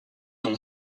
donc